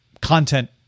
content